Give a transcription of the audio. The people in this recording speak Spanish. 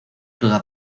toda